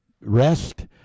rest